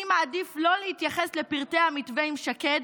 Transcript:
אני מעדיף לא להתייחס לפרטי המתווה עם שקד,